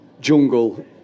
jungle